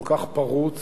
כל כך פרוץ.